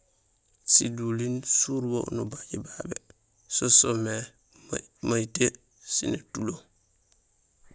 Siduliin surubo nibajé babé so soomé mayitee sén étulo.